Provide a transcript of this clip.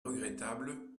regrettable